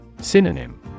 Synonym